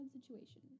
situation